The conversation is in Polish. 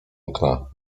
okna